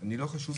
אני לא חשוד,